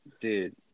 Dude